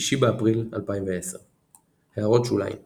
6 באפריל 2010 == הערות שוליים ==